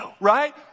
right